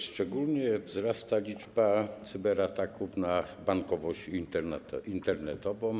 Szczególnie wzrasta liczba cyberataków na bankowość internetową.